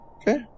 Okay